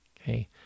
okay